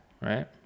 right